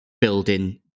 building